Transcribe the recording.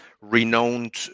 renowned